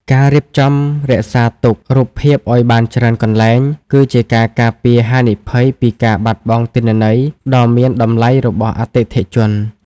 ការរៀបចំរក្សាទុក រូបភាពឱ្យបានច្រើនកន្លែង គឺជាការការពារហានិភ័យពីការបាត់បង់ទិន្នន័យដ៏មានតម្លៃរបស់អតិថិជន។